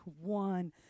one